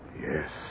Yes